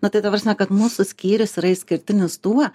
na tai ta prasme kad mūsų skyrius yra išskirtinis tuo